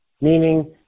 Meaning